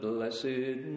Blessed